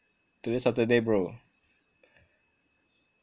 today saturday bro